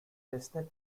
chestnut